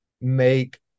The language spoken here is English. make